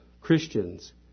Christians